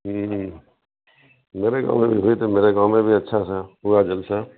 ہوں میرے گاؤں میں بھی ہوئی تو میرے گاؤں میں بھی اچھا سا ہوا جلسہ